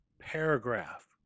paragraph